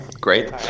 great